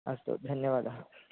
अस्तु धन्यवादः